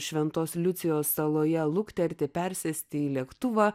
šventos liucijos saloje lukterti persėsti į lėktuvą